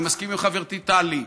אני מסכים עם חברתי טלי,